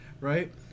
right